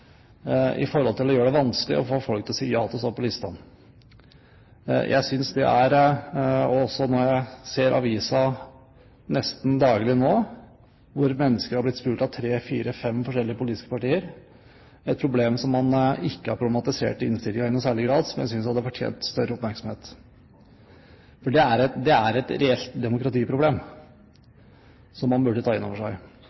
i forhold til å gjøre det vanskelig å få folk til å si ja til å stå på listene, og jeg ser i avisen – nesten daglig nå – at mennesker har blitt spurt av tre, fire, fem forskjellige politiske partier. Det er noe man ikke har problematisert i innstillingen i særlig grad, og som jeg synes hadde fortjent større oppmerksomhet, for det er